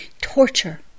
torture